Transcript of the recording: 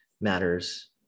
matters